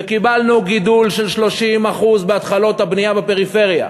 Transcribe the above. וקיבלנו גידול של 30% בהתחלות הבנייה בפריפריה.